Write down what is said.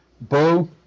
Bo